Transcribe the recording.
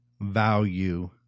value